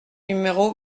numéro